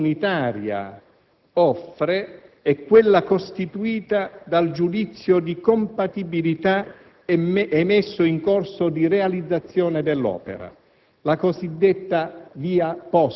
che la disciplina comunitaria offre è quella costituita dal giudizio di compatibilità emesso in corso di realizzazione dell'opera,